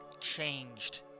changed